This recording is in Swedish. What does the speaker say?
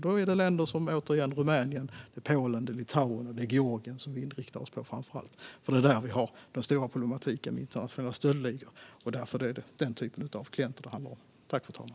Då är det återigen länder som Rumänien, Polen, Litauen och Georgien som vi framför allt inriktar oss på. Det är där vi har den stora problematiken med internationella stöldligor, och det är den typen av klienter det handlar om.